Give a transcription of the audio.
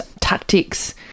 tactics